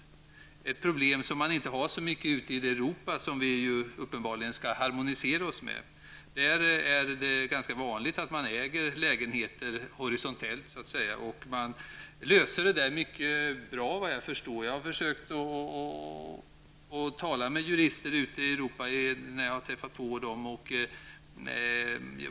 Det problemet har man inte så mycket ute i det Europa som vi uppenbarligen skall harmonisera oss med. Där är det ganska vanligt att man äger lägenheter horisontellt. Man löser detta mycket bra, vad jag förstår. Jag har försökt att tala med jurister ute i Europa när jag har träffat på dem.